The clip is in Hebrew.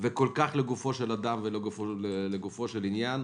וכל כך לגופו של אדם ולא לגופו של עניין,